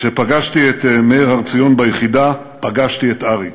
כשפגשתי את מאיר הר-ציון ביחידה, פגשתי את אריק.